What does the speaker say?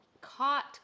caught